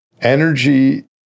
Energy